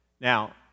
Now